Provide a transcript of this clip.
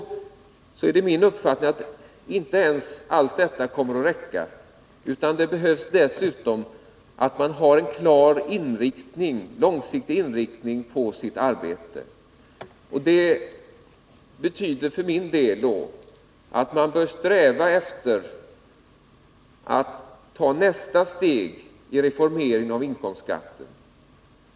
Ändå är det min uppfattning att inte ens allt detta kommer att räcka till, utan det behövs dessutom en klar och långsiktig inriktning av arbetet. Därför bör man sträva efter att ta ytterligare ett steg i reformeringen av inkomstskatten.